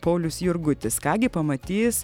paulius jurgutis ką gi pamatys